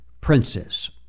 princess